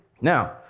Now